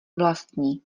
vlastní